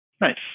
Nice